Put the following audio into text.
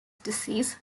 disease